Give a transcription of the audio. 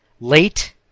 late